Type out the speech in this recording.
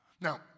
Now